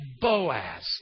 Boaz